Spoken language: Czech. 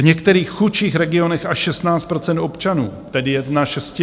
V některých chudších regionech až 16 % občanů, tedy jedna šestina.